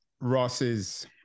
Ross's